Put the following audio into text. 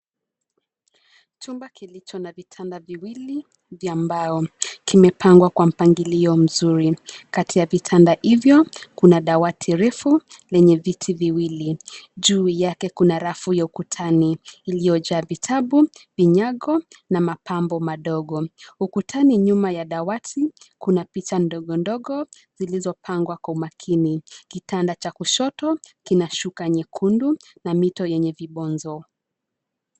Chumba kilicho na vitanda viwili vya mbao, kimepangwa kwa mpagilio mzuri. Kati ya vitanda hivyo, kuna dawati refu lenye viti viwili, juu yake kuna rafu ya ukutani iliyojaa vitabu, vinyago na mapambo madogo. Ukutani, nyuma ya dawati kuna picha ndogo ndogo zilizopangwa kwa umakini. Kitanda cha kushoto kina shuka nyekundu na mito yenye vibonzo.